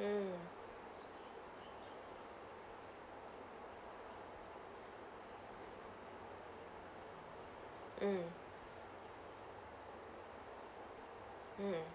mm mm mm